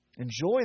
Enjoy